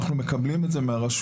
אנחנו מקבלים את זה מהרשויות,